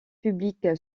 publique